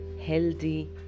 healthy